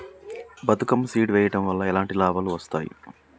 Bathukamma seed వెయ్యడం వల్ల ఎలాంటి లాభాలు వస్తాయి?